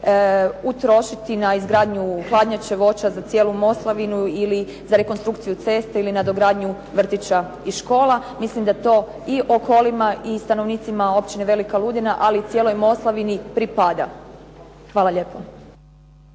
utrošiti na izgradnju hladnjače, voća za cijelu Moslavinu ili za rekonstrukciju cesta ili nadogradnju vrtića i škola. Mislim da to i Okolima i stanovnicima općine Velika Ludina ali i cijeloj Moslavini pripada. Hvala lijepo.